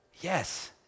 Yes